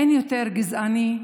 אין יותר גזעני,